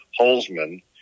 Holzman